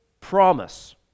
promise